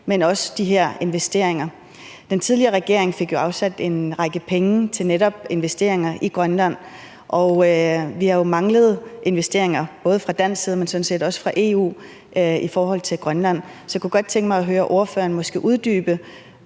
fokus på de her investeringer. Den tidligere regering fik jo afsat penge til netop investeringer i Grønland, og vi har jo manglet investeringer fra både dansk side, men sådan set også fra EU's side i forhold til Grønland, så jeg kunne godt tænke mig at høre ordføreren uddybe,